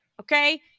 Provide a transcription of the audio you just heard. okay